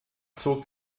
zog